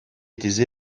тесе